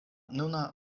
nuna